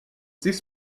this